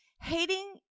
Hating